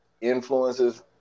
influences